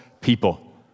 people